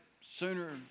Sooner